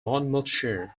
monmouthshire